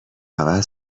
عوض